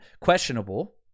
questionable